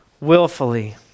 willfully